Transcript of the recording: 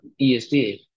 ESD